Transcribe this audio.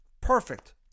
Perfect